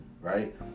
right